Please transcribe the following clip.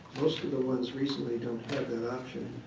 most of the ones recently don't have that option,